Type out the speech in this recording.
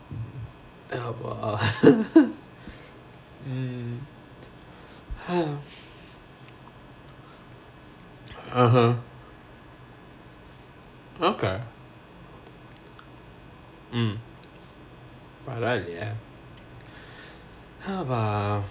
அப்ப:appe mm (uh huh) okay mm பரவாலயே அப்ப:paravalaye appe